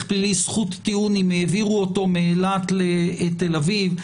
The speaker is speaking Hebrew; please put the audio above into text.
פלילי זכות טיעון אם העבירו אותו מאילת לתל אביב,